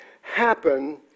happen